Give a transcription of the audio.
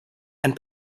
and